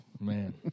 Man